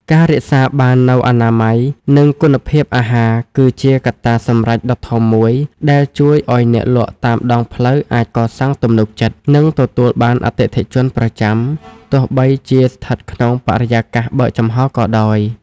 ការរក្សាបាននូវអនាម័យ និងគុណភាពអាហារគឺជាកត្តាសម្រេចដ៏ធំមួយដែលជួយឱ្យអ្នកលក់តាមដងផ្លូវអាចកសាងទំនុកចិត្ត និងទទួលបានអតិថិជនប្រចាំ ទោះបីជាស្ថិតក្នុងបរិយាកាសបើកចំហក៏ដោយ។